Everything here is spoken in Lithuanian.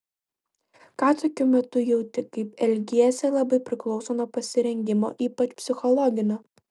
ką tokiu metu jauti kaip elgiesi labai priklauso nuo pasirengimo ypač psichologinio